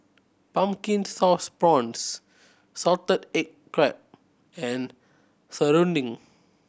Pumpkin Sauce Prawns salted egg crab and serunding